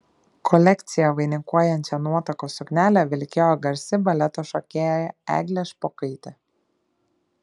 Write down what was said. kolekciją vainikuojančią nuotakos suknelę vilkėjo garsi baleto šokėja eglė špokaitė